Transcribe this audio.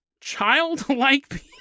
childlike